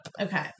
okay